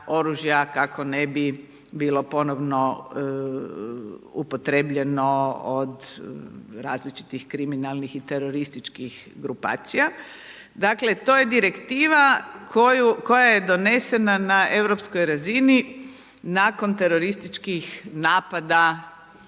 kako ne bi bilo ponovno upotrijebljeno od različitih kriminalnih i terorističkih grupacija. Dakle, to je direktiva koja je donesena na europskoj razini nakon terorističkih napada